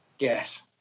Yes